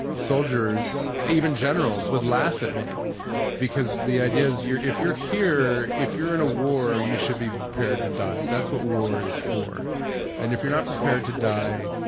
soldiers, even generals, would laugh at me because the idea is if you're here, if you're in a war, you should be prepared to die. that's what war is for and if you're not prepared to die,